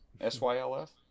s-y-l-f